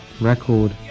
record